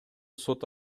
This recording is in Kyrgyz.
сот